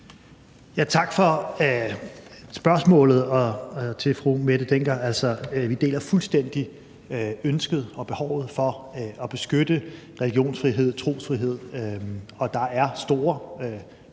for spørgsmålet. Vi deler fuldstændig ønsket om og behovet for at beskytte religionsfrihed og trosfrihed, og der er store